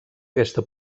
aquesta